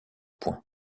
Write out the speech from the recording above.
points